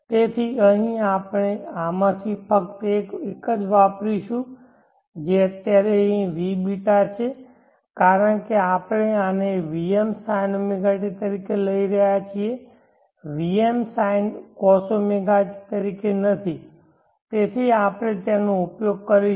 તેથી અહીં આપણે આમાંથી ફક્ત એક જ વાપરીશું જે અત્યારે અહીં vβ છે કારણ કે આપણે આને vm sinωt તરીકે લઈ રહ્યા છીએ vm cosωt તરીકે નથી તેથી આપણે તેનો ઉપયોગ કરીશું